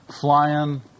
flying